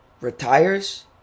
retires